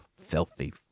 filthy